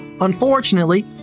Unfortunately